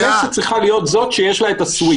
הכנסת צריכה להיות זאת שיש לה את הסוויץ'.